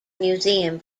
museum